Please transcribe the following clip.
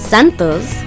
Santos